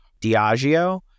diageo